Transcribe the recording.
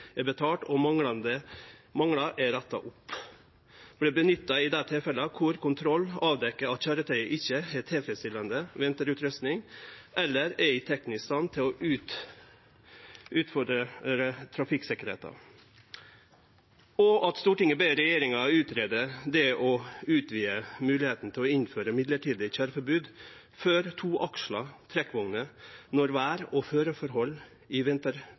er betalt og manglar er retta opp, vert nytta i dei tilfella der kontroll avdekkjer at køyretøyet ikkje har tilfredsstillande vinterutrusting eller er i ein teknisk stand som utfordrar trafikksikkerheita. Ein ber òg regjeringa greie ut utvida moglegheit til å innføre mellombels køyreforbod for toaksla trekkvogner når vêr og føreforhold i